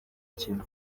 kimwe